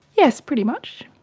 yes, pretty much.